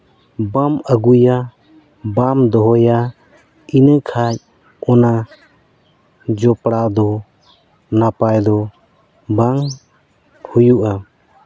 ᱵᱟᱢ ᱟᱹᱜᱩᱭᱟ ᱵᱟᱢ ᱫᱚᱦᱚᱭᱟ ᱤᱱᱟᱹᱠᱷᱟᱡ ᱚᱱᱟ ᱡᱚᱯᱲᱟᱣ ᱫᱚ ᱱᱟᱯᱟᱭ ᱫᱚ ᱵᱟᱝ ᱦᱩᱭᱩᱜᱼᱟ